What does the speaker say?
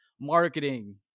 marketing